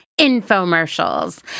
Infomercials